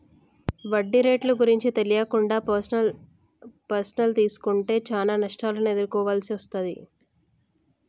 వడ్డీ రేట్లు గురించి తెలియకుండా పర్సనల్ తీసుకుంటే చానా నష్టాలను ఎదుర్కోవాల్సి వస్తది